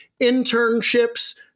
internships